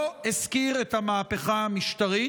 לא הזכיר את המהפכה המשטרית,